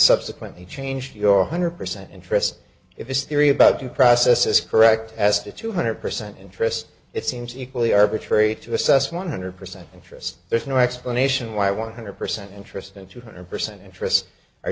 subsequently changed your hundred percent interest if this theory about due process is correct as to two hundred percent interest it seems equally arbitrary to assess one hundred percent interest there's no explanation why one hundred percent interest and two hundred percent interest